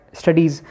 studies